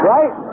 Right